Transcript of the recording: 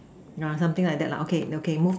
yeah something like that lah okay okay move on